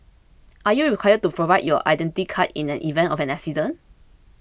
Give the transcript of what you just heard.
are you required to provide your Identity Card in an event of an accident